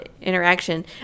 interaction